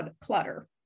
clutter